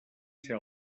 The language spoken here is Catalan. ser